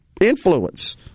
influence